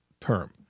term